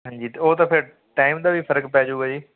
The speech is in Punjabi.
ਹਾਂਜੀ ਅਤੇ ਉਹ ਤਾਂ ਫਿਰ ਟਾਈਮ ਦਾ ਵੀ ਫਰਕ ਪੈ ਜੂਗਾ ਜੀ